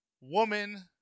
woman